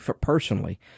personally